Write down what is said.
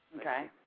Okay